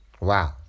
Wow